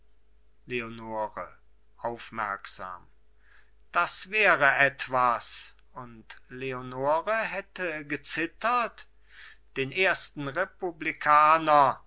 leonore aufmerksam das wäre etwas und leonore hätte gezittert den ersten republikaner